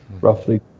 roughly